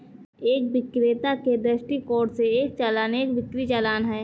एक विक्रेता के दृष्टिकोण से, एक चालान एक बिक्री चालान है